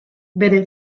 bere